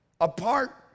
apart